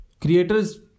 creators